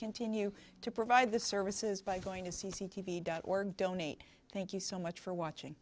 continue to provide the services by going to c c t v dot org donate thank you so much for watching